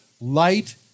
light